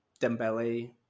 Dembele